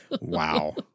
Wow